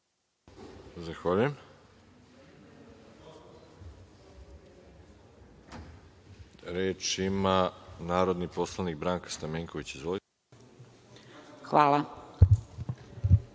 Zahvaljujem. Reč ima narodni poslanik Branka Stamenković. Izvolite.